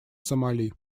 сомали